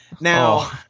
Now